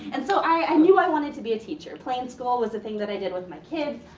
and so, i knew i wanted to be a teacher. playing school was the thing that i did with my kids.